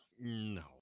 no